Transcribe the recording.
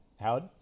Howard